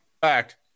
fact